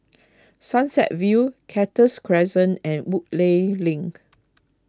Sunset View Cactus Crescent and Woodleigh Link